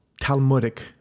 Talmudic